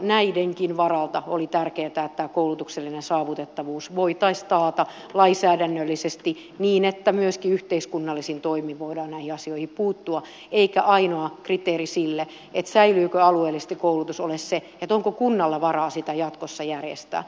näidenkin varalta oli tärkeätä että koulutuksellinen saavutettavuus voitaisiin taata lainsäädännöllisesti niin että myöskin yhteiskunnallisin toimin voidaan näihin asioihin puuttua eikä ainoa kriteeri sille säilyykö koulutus alueellisesti ole se onko kunnalla varaa sitä jatkossa järjestää